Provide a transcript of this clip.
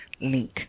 link